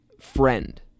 friend